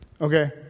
Okay